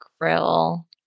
Grill